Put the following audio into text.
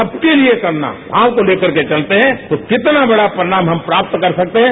सबके लिए करना भाव को लेकर के चलते हैं तो कितना बड़ा परिणाम हम प्राप्त कर सकते हैं